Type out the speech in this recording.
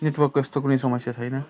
नेटवर्कको यस्तो कुनै समस्या छैन